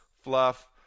Fluff